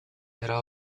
era